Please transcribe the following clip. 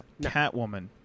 Catwoman